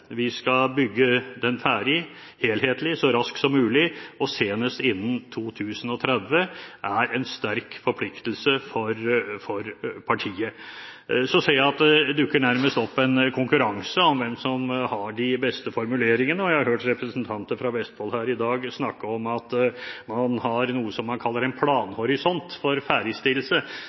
vi skal bygge den ferdig, helhetlig, så raskt som mulig og senest innen 2030, er en sterk forpliktelse for partiet. Så ser jeg at vi nærmest får en konkurranse om hvem som har de beste formuleringene, og jeg har hørt representanter fra Vestfold her i dag snakke om at man har noe man kaller en planhorisont for ferdigstillelse.